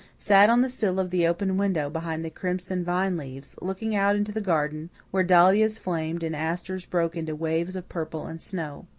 sat on the sill of the open window behind the crimson vine leaves, looking out into the garden, where dahlias flamed and asters broke into waves of purple and snow.